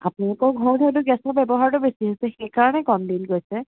আপোনালোকৰ ঘৰত হয়তো গেছৰ ব্যৱহাৰটো বেছি হৈছে সেইকাৰণে কম দিন গৈছে